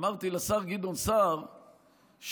אמרתי לשר גדעון סער שחשבתי